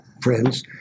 friends